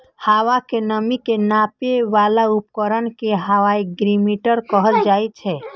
हवा के नमी के नापै बला उपकरण कें हाइग्रोमीटर कहल जाइ छै